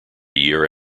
year